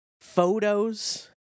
photos